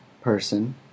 person